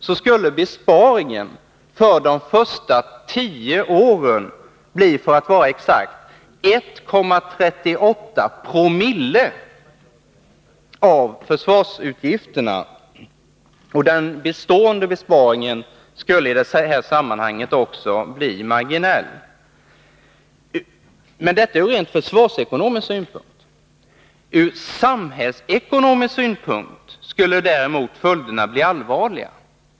Besparingen skulle då för de första tio åren vara exakt 1,38 Ze av försvarsutgifterna. Den bestående besparingen skulle också bli marginell ur rent försvarsekonomisk synpunkt. Ur samhällsekonomisk synpunkt skulle däremot följderna bli allvarliga.